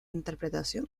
interpretación